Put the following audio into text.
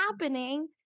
happening